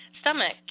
stomach